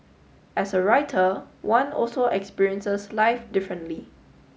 as a writer one also experiences life differently